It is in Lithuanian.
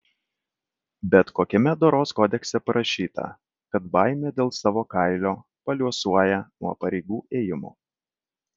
bet kokiame doros kodekse parašyta kad baimė dėl savo kailio paliuosuoja nuo pareigų ėjimo